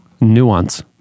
nuance